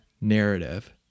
narrative